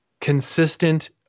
consistent